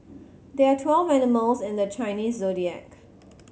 there are twelve animals in the Chinese Zodiac